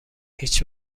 هیچ